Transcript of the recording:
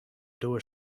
door